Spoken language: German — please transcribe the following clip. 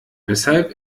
weshalb